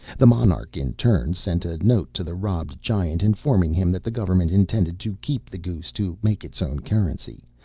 the monarch, in turn, sent a note to the robbed giant informing him that the government intended to keep the goose to make its own currency.